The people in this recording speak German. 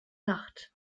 nacht